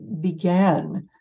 began